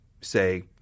say